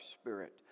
spirit